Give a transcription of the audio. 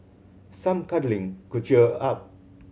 some cuddling could cheer up